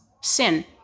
sin